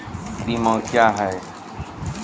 बीमा क्या हैं?